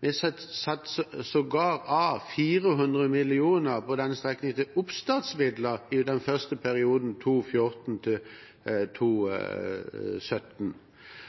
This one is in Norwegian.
Vi satte sågar av 400 mill. kr til denne strekningen til oppstartsmidler i den første perioden fra 2014 til